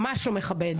ממש לא מכבד,